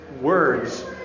words